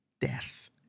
Death